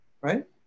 right